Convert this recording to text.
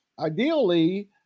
ideally